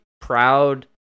proud